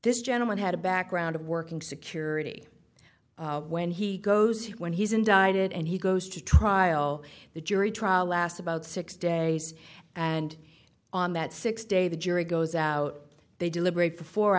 this gentleman had a background of working security when he goes when he's indicted and he goes to trial the jury trial last about six days and on that six day the jury goes out they deliberate for four